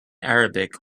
arabic